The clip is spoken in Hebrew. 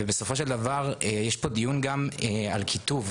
ובסופו של דבר יש פה דיון גם על קיטוב,